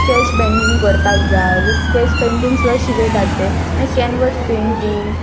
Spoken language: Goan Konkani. स्केच पेंटींग करपाक जाय जर स्केच पेंटिंग सुद्दां शिकयतात ते मागीर कॅनवस पेंटींग